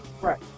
Right